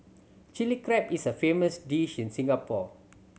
Chilli Crab is a famous dish in Singapore